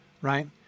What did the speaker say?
Right